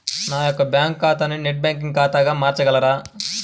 నా యొక్క బ్యాంకు ఖాతాని నెట్ బ్యాంకింగ్ ఖాతాగా మార్చగలరా?